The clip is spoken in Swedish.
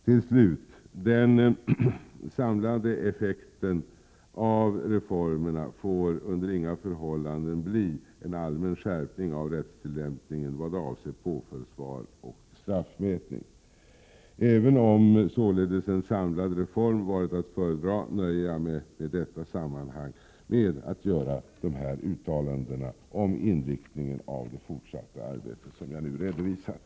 Till sist: Den samlade effekten av reformerna får under inga förhållanden bli en allmän skärpning i rättstillämpningen vad avser påföljdsval och straffmätning. Även om således en samlad reform varit att föredra, nöjer jag mig i detta sammanhang med att göra de uttalanden om inriktningen av det fortsatta arbetet som jag nu har redovisat.